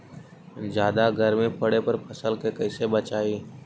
जादा गर्मी पड़े पर फसल के कैसे बचाई?